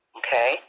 okay